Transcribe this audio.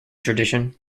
tradition